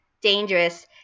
dangerous